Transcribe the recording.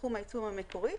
מסכום העיצום המקורי.